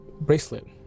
bracelet